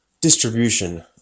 Distribution